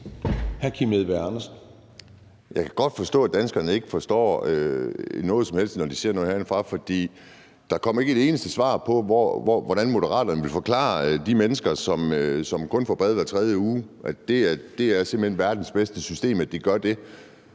Jeg kan godt forstå, at danskerne ikke forstår noget som helst, når de ser noget herindefra, for der kom ikke et eneste svar på, hvordan Moderaterne vil forklare de mennesker, som kun får bad hver tredje uge, at det simpelt hen er verdens bedste system, at de kun får det.